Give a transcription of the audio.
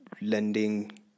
lending